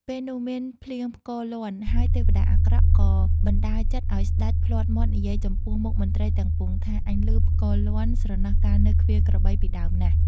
ពេលនោះ មានភ្លៀងផ្គរលាន់ ហើយទេវតាអាក្រក់ក៏បណ្ដាលចិត្តឲ្យស្តេចភ្លាត់មាត់និយាយចំពោះមុខមន្ត្រីទាំងពួងថា «អញឮផ្គរលាន់ ស្រណោះកាលនៅឃ្វាលក្របីពីដើមណាស់!»។